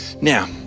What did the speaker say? Now